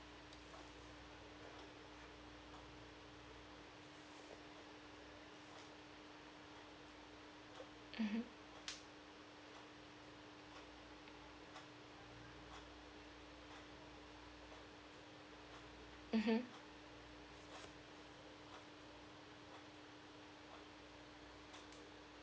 mmhmm mmhmm